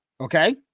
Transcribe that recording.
Okay